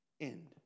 end